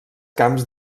camps